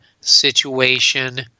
situation